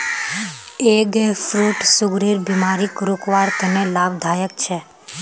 egg fruit सुगरेर बिमारीक रोकवार तने लाभदायक छे